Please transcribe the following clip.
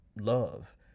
love